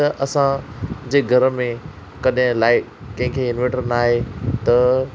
त असांजे घर में कॾहिं लाइट कंहिंखे इन्वर्टर न आहे त